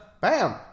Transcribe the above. Bam